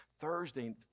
Thursday